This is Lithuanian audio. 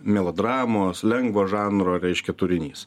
melodramos lengvo žanro reiškia turinys